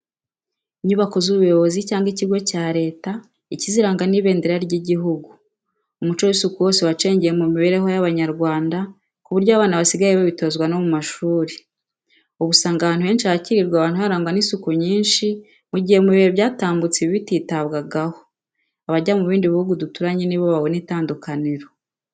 Inyubako z'ubuyobozi cyangwa ikigo cya Leta, ikiziranga ni ibendera ry'igihugu. Umuco w'isuku hose wacengeye mu mibereho y'Abanyarwanda ku buryo abana basigaye babitozwa no mu mashuri. Ubu usanga ahantu henshi hakirirwa abantu, harangwa n'isuku nyinshi mu gihe mu bihe byatambutse ibi bititabwagaho. Abajya mu bihugu duturanye ni bo babona itandukanirizo.